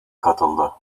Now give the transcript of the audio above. katıldı